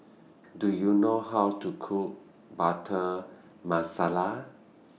Do YOU know How to Cook Butter Masala